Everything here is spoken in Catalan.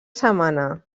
setmana